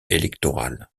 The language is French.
électorale